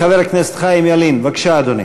חבר הכנסת חיים ילין, בבקשה, אדוני.